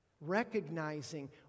Recognizing